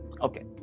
okay